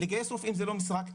לגייס רופאים זה לא משחק,